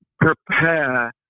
prepare